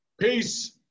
Peace